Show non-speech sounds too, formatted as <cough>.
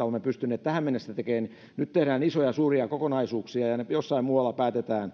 <unintelligible> olemme pystyneet tähän mennessä tekemään pienet asiat täällä niin nyt tehdään isoja suuria kokonaisuuksia ja jossain muualla päätetään